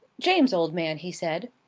james, old man, he said.